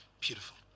beautiful